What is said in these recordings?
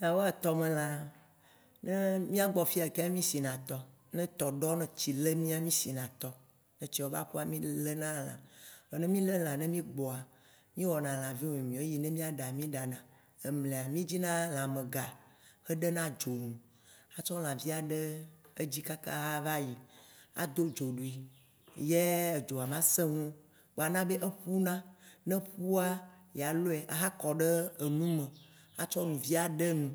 Nyawoa tɔmelã, ne mìagbɔ fiya mì sina tɔ, ne tɔ ɖo ne tsi le mìa, mì sina tɔ ne tsiawo va ƒua mì Lena lã. Vɔ ne mì le lã ye mì gbɔa, eyi ne mìaɖa mì ɖana, mlea mìdzina lãmegã xe ɖena dzo nu atsɔ lãvia ɖe edzi kakaaa ava yi, ado dzo ɖui yee edzoa ma sẽŋu o. kpoa enabe eƒu na. Ne eƒua, ya lɔɛ aha kɔɖe enume, atsɔ nuvia ɖe nu.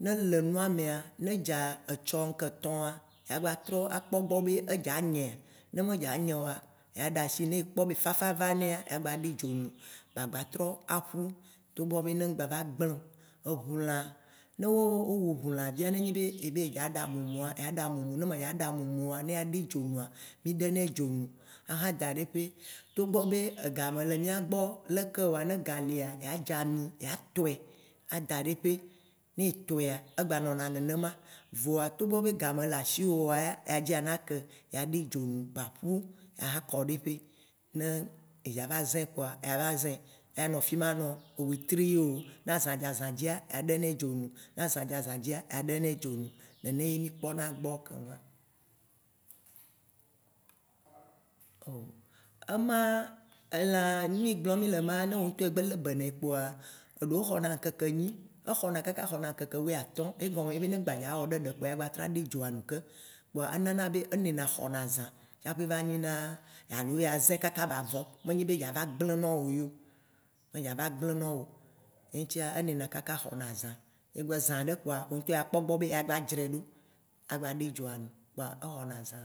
Ne le nua mea, ne dza etsɔ ŋketɔa, ya gba trɔ kpɔ egbɔ kpɔbe edza nyea, ne me dza nye oa ya ɖasi, ne ekpɔ be fafa va nea, yea gbaɖui dzonu ba gba trɔ aƒu togbɔ be ne mgba va gble o. Eʋu lã, ne wo wu ʋulã via, ne abe yeaɖa mumua, aɖa mumua, ne aɖe dzo nua, mì ɖo nɛ dzonu aha daɖe ƒe. Togbɔ be ega me le mìagbɔ leke oa, ne ga lia, yea dza mì, ya tɔe ada ɖi ƒe, ne etɔa, egba nɔna nenema. Vɔa togbɔ be ga mele asiwo oa, ya dzi anake, ya ɖe dzonu ba ʋu ya ha kɔɖe ƒe, ne edza va zãe kpoa ya va zãe. Ya nɔ fima nɔ, wetri ye o, na zã dza dze azã ya ɖenɛ dzo nu, na zã dza zã dzia, ya ɖenɛ dzo nu. Nene ye mì kpɔna egbɔ ye Kema. O ema gblɔ mì le ma, ne wò ŋtɔ egbe le be nɛ kpoa, eɖewo xɔna ŋkeke enyi, exɔna kaka xɔna ŋkeke wuiatɔ̃, egɔme ye nye be, ne gba dza wɔ ɖeɖe kpoa ya gba trɔ ɖe dzoa nu ke. Kpoa enana be enene xɔna zã tsaƒe va nyi na alo ya zãe kaka ba vɔ. Menye be ya va gble nɔwo ye o, me ya va gble ne o. Ye ŋtia, enɔnɛ kaka xɔna azã, zã ɖe kpoa, wo ŋtɔ akpɔ gbɔ be yeagba dzre ɖo agba ɖe dzoanu kpoa exɔna zã.